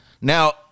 Now